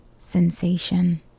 sensation